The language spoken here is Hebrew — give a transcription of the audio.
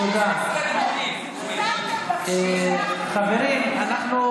זה מה שעשיתם, תודה רבה, חבר הכנסת סובה.